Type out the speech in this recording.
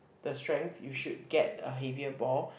the strength you should get a heavier ball